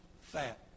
fat